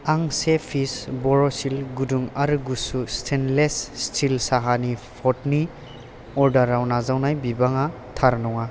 आं से पिस बर'सिल गुदुं आरो गुसु स्टेनलेस स्टिल साहानि पटनि अर्डाराव नाजावनाय बिबाङा थार नङा